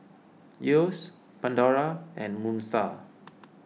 Yeo's Pandora and Moon Star